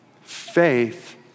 Faith